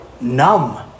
numb